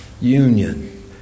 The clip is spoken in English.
Union